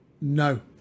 No